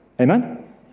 Amen